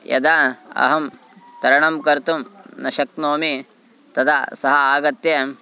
यदा अहं तरणं कर्तुं न शक्नोमि तदा सः आगत्य